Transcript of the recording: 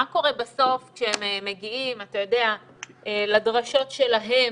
מה קורה בסוף כשהם מגיעים לדרשות שלהם,